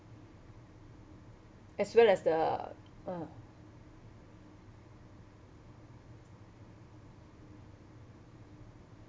as well as the uh